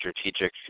strategic